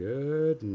Good